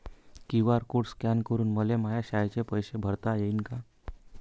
QR code scan करून मले माया शाळेचे पैसे भरता येईन का?